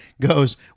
goes